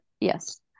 Yes